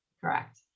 correct